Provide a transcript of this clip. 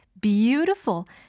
Beautiful